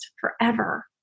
forever